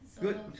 Good